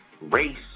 race